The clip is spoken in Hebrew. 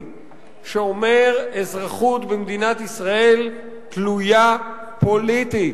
שאומר: אזרחות במדינת ישראל תלויה פוליטית,